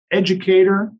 educator